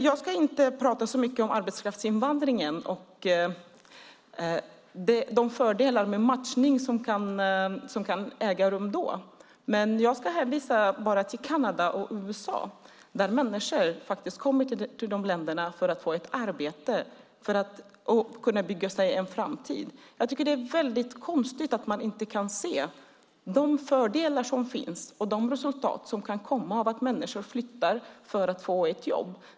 Jag ska inte prata så mycket om arbetskraftsinvandringen och de fördelar med matchning som kan äga rum i och med den. Jag hänvisar bara till Kanada och USA, dit människor kommer för att få ett arbete och för att kunna bygga sig en framtid. Jag tycker att det är väldigt konstigt att man inte kan se de fördelar som finns och de resultat som kan komma av att människor flyttar för att få ett jobb.